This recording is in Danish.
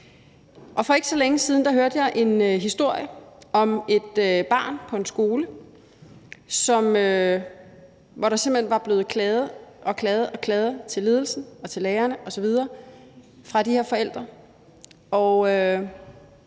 For ikke så længe siden hørte jeg en historie om et barn på en skole, hvor der simpelt hen var blevet klaget og klaget og atter klaget til ledelsen og til lærerne osv. af de her forældre,